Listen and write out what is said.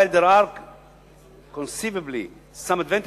While there are conceivably some advantages,